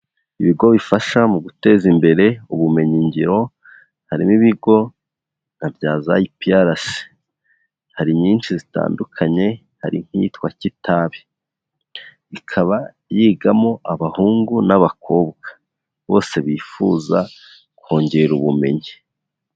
Ibigo bifasha mu guteza imbere ubumenyingiro, harimo ibigo nka bya IPRC. Hari nyinshi zitandukanye, hari nk'iyitwa Kitabi, ikaba yigamo abahungu n'abakobwa bose bifuza kongera ubumenyi.